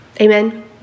Amen